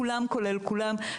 כולם כולל כולם,